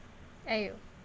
!aiyo!